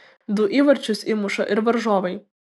du įvarčius įmuša ir varžovai